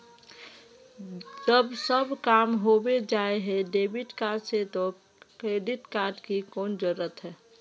जब सब काम होबे जाय है डेबिट कार्ड से तो क्रेडिट कार्ड की कोन जरूरत है?